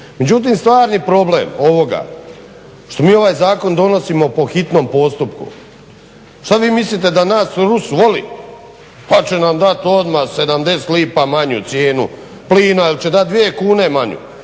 Međutim, stvarni problem ovoga što mi ovaj zakon donosimo po hitnom postupku. Što vi mislite da nas Rus voli pa će nam dati odmah 70 lipa manju cijenu plina ili će dati dvije kune manju?